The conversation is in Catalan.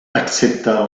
excepte